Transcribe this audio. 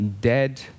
dead